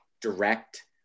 direct